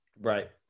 Right